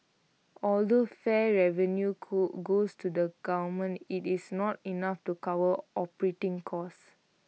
although fare revenue go goes to the government IT is not enough to cover operating costs